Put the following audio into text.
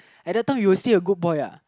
at the time he was still a good boy lah